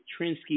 Trinsky